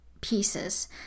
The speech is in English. pieces